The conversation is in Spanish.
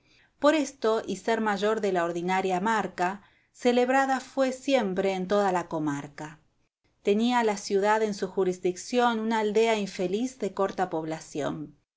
por esto y ser mayor de la ordinaria marca celebrada fué siempre en toda la comarca tenía la ciudad en su jurisdicción una aldea infeliz de corta población